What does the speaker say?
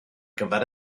gyfer